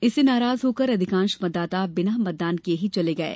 इससे नाराज होकार अधिकांश मतदाता बिना मतदान किये ही चले गये